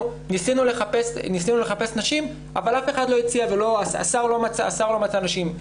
שניסינו לחפש נשים אבל אף אחד לא הציע והשר לא מצא נשים.